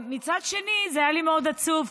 מצד שני זה היה לי מאוד עצוב,